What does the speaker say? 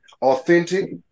authentic